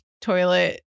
toilet